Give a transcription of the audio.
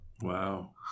Wow